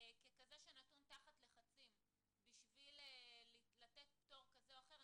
ככזה שנתון תחת לחצים בשביל לתת פטור כזה או אחר,